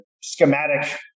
schematic